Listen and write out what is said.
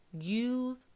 Use